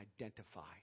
identify